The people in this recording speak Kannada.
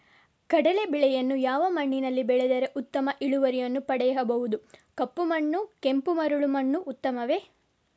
ಕಡಲೇ ಬೆಳೆಯನ್ನು ಯಾವ ಮಣ್ಣಿನಲ್ಲಿ ಬೆಳೆದರೆ ಉತ್ತಮ ಇಳುವರಿಯನ್ನು ಪಡೆಯಬಹುದು? ಕಪ್ಪು ಮಣ್ಣು ಕೆಂಪು ಮರಳು ಮಣ್ಣು ಉತ್ತಮವೇ?